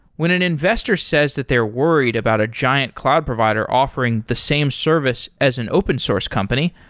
when an investor says that they are worried about a giant cloud provider offering the same service as an open source company,